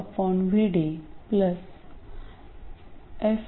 f f f2